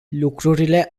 lucrurile